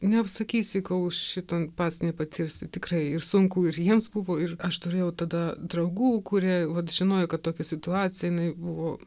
neapsakysi kol šito pats nepatirsi tikrai ir sunku ir jiems buvo ir aš turėjau tada draugų kurie vat žinojo kad tokia situacija jinai buvo